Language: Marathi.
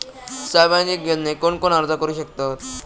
सामाजिक योजनेक कोण कोण अर्ज करू शकतत?